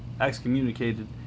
excommunicated